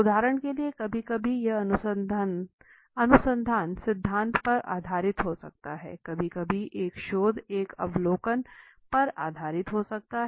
उदाहरण के लिए कभी कभी यह अनुसंधान सिद्धांत पर आधारित हो सकता है कभी कभी एक शोध एक अवलोकन पर आधारित हो सकता है